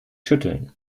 schütteln